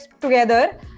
together